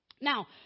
Now